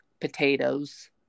potatoes